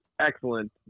excellent